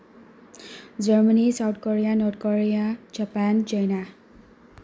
Germany South Korea North Korea Japan China